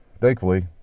thankfully